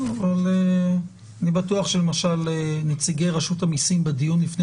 אבל אני בטוח שלמשל נציגי רשות המיסים בדיון לפני